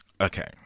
Okay